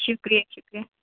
شُکرِیہ شُکرِیہ